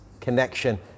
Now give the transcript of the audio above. connection